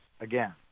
again